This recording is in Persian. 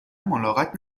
ملاقات